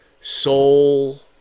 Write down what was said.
soul